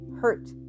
hurt